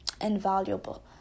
invaluable